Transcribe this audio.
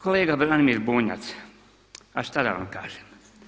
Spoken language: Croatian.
Kolega Branimir Bunjac, a šta da vam kažem?